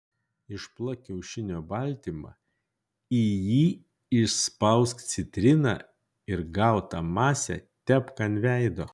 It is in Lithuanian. išplak kiaušinio baltymą į jį išspausk citriną ir gautą masę tepk ant veido